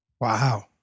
Wow